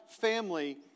family